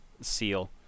seal